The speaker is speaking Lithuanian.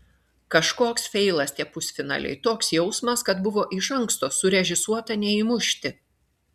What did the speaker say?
kažkoks feilas tie pusfinaliai toks jausmas kad buvo iš anksto surežisuota neįmušti